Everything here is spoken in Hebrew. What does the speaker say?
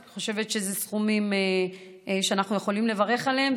אני חושבת שאלה סכומים שאנחנו יכולים לברך עליהם.